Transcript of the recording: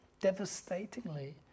devastatingly